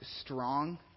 strong